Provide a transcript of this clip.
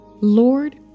Lord